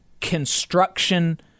construction